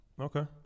Okay